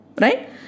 Right